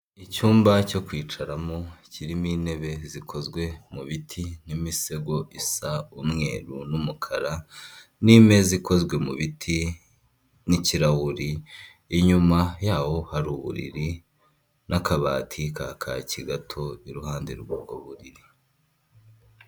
Icyumba cyo kwicaramo kirimo intebe zikozwe mu biti n'imisego isa umweru n'umukara n'imeza ikozwe mu biti, n'kirahuri inyuma yaho hari uburiri n'akabati ka kaki gato iruhande rw'uburiri.